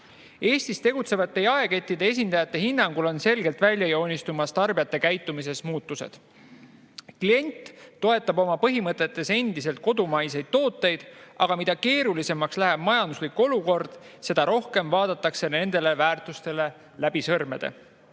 Eestis tegutsevate jaekettide esindajate hinnangul on selgelt välja joonistumas muutused tarbijate käitumises. Klient toetab oma põhimõtetes endiselt kodumaiseid tooteid, aga mida keerulisemaks läheb majanduslik olukord, seda rohkem vaadatakse sellele väärtusele läbi sõrmede.